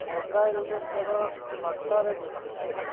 ମୋବାଇଲରେ କେବଳ ଫୋଟରେ ଦେଖିଥାଉ